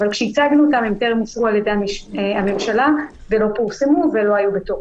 אבל כשהצגנו אותם הם טרם אושרו על ידי הממשלה ולא פורסמו ולא היו בתוקף.